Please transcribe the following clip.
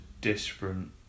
different